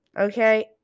okay